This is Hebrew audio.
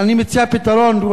אולי תשובה במקום השר,